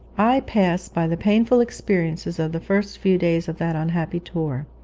i pass by the painful experiences of the first few days of that unhappy tour.